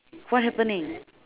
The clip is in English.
what happening